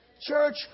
Church